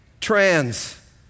trans